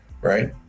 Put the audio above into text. right